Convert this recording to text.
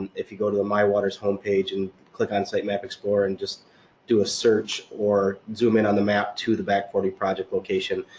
and if you go to the miwaters homepage and click on site map explorer and just do a search or zoom in on the map to the back forty project location,